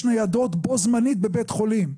בעצם?